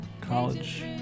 College